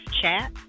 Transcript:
chat